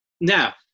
now